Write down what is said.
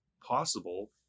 possible